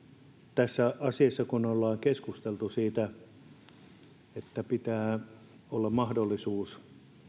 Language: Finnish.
tässä asiassa ollaan keskusteltu siitä että pitää olla mahdollisuus